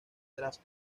tras